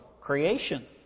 creation